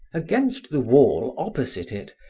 against the wall, opposite it,